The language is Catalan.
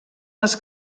les